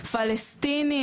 פלשתיני,